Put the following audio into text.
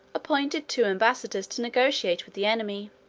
appointed two ambassadors to negotiate with the enemy.